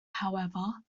however